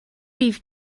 bydd